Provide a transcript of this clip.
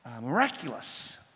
miraculous